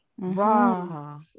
Wow